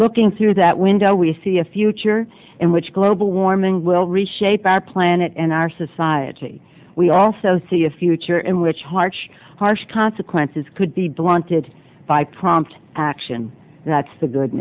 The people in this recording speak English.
looking through that window we see a future in which global warming will reshape our planet and our society we also see a future in which harsh harsh consequences could be blunted by prompt action that's the good